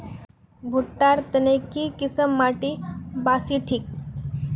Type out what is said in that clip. भुट्टा र तने की किसम माटी बासी ठिक?